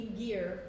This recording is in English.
gear